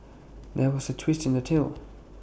there was A twist in the tale